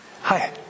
Hi